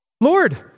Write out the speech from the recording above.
Lord